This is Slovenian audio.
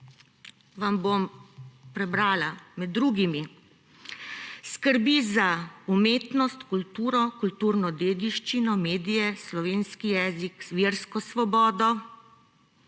Vam bom prebrala. Med drugim skrbi za umetnost, kulturo, kulturno dediščino, medije, slovenski jezik, versko svobodo